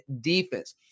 defense